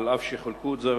אף שחילקו את זה,